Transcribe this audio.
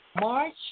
March